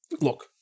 look